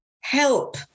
help